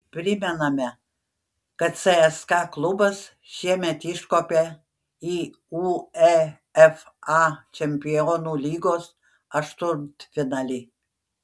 primename kad cska klubas šiemet iškopė į uefa čempionų lygos aštuntfinalį